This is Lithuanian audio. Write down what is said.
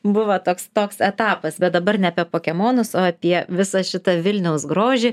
buvo toks toks etapas bet dabar ne apie pokemonus o apie visą šitą vilniaus grožį